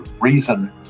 reason